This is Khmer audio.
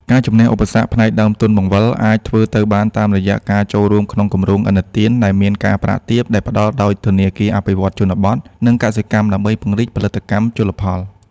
ការជម្នះឧបសគ្គផ្នែកដើមទុនបង្វិល អាចធ្វើទៅបានតាមរយៈការចូលរួមក្នុងគម្រោងឥណទានដែលមានការប្រាក់ទាបដែលផ្ដល់ដោយធនាគារអភិវឌ្ឍន៍ជនបទ និងកសិកម្ម ដើម្បីពង្រីកផលិតកម្មជលផល។